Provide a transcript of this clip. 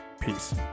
peace